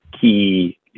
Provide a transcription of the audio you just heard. key